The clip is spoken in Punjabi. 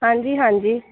ਹਾਂਜੀ ਹਾਂਜੀ